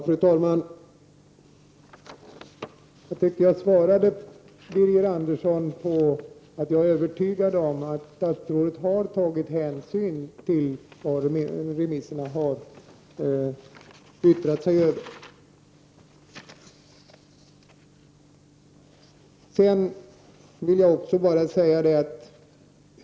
Fru talman! Jag svarade på Birger Anderssons fråga och sade att jag är övertygad om att statsrådet har tagit hänsyn till remissvaren.